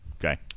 okay